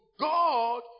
God